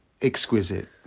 exquisite